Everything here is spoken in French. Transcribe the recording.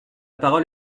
parole